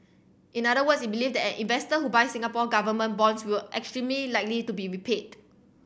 in other words it believe that investor who buys Singapore Government bonds will extremely likely to be repaid